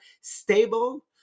stable